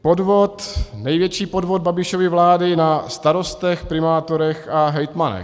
Podvod, největší podvod Babišovy vlády na starostech, primátorech a hejtmanech.